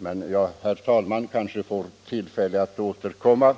Jag får kanske, herr talman, tillfälle att återkomma